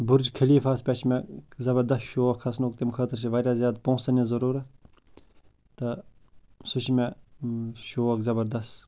Burj خلیٖفاہَس پٮ۪ٹھ چھِ مےٚ زَبردست شوق کھسنُک تمۍ خٲطرٕ چھِ واریاہ زیادٕ پونٛسَن ہِنٛز ضٔروٗرَت تہٕ سُہ چھِ مےٚ شوق زبردس